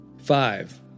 Five